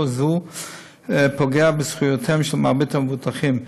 זו פוגע בזכויותיהם של מרבית המבוטחים.